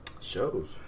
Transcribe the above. Shows